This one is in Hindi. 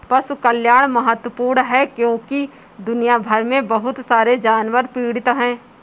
पशु कल्याण महत्वपूर्ण है क्योंकि दुनिया भर में बहुत सारे जानवर पीड़ित हैं